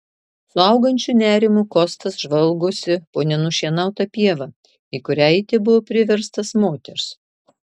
su augančiu nerimu kostas žvalgosi po nenušienautą pievą į kurią eiti buvo priverstas moters